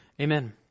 Amen